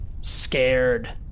scared